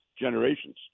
generations